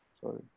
sorry